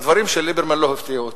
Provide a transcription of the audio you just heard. הדברים של ליברמן לא הפתיעו אותי.